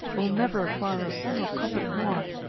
will never acquire a single kopeck more,